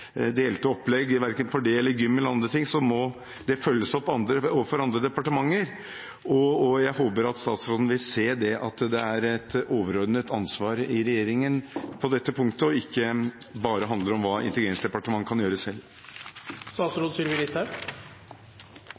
delte opplegg verken for det eller gym eller andre ting. Det må følges opp overfor andre departementer. Jeg håper at statsråden vil se at regjeringen har et overordnet ansvar på dette punktet, og at det ikke bare handler om hva hennes departement kan gjøre